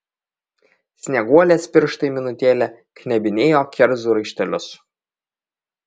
snieguolės pirštai minutėlę knebinėjo kerzų raištelius